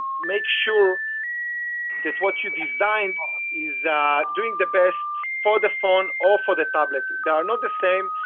make sure that what you designed is ah doing the best for the phone or for the tablet. they are not the same.